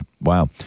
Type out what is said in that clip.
Wow